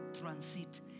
transit